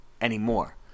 anymore